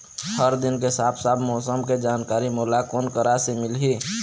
हर दिन के साफ साफ मौसम के जानकारी मोला कोन करा से मिलही?